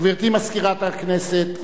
גברתי מזכירת הכנסת.